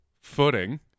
footing